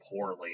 poorly